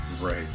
Right